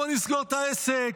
בוא נסגור את העסק,